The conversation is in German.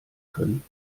können